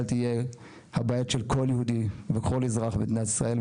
תהיה הבית של כל יהודי וכל אזרח מדינת ישראל,